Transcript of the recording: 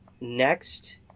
Next